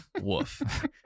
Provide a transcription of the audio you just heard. Woof